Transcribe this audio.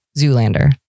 Zoolander